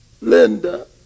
Linda